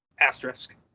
asterisk